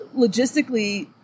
logistically